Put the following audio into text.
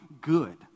good